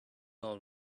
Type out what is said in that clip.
all